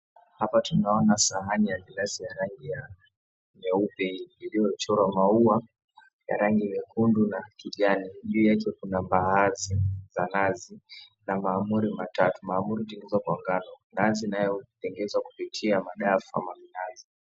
Hapa tunaona sahani ya glasi ya rangi ya nyeupe iliyochorwa maua ya rangi nyekundu na kijani juu yake kuna mbaazi za nazi na mahamri matatu, mahamri yametengenezwa kwa ngano, nazi nayo zinatengenezwa na madafu ama minazi.